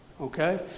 Okay